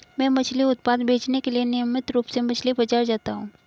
मैं मछली उत्पाद बेचने के लिए नियमित रूप से मछली बाजार जाता हूं